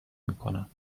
میکنم